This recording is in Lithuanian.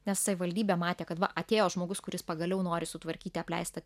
nes savivaldybė matė kad va atėjo žmogus kuris pagaliau nori sutvarkyti apleistą